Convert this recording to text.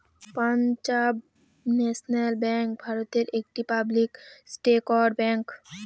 Punjab National Bank ভারতের একটি public sector bank